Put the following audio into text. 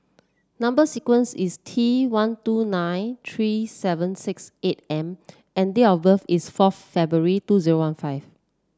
number sequence is T one two nine three seven six eight M and date of birth is forth February two zero one five